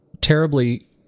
terribly